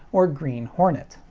or green hornet.